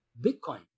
Bitcoin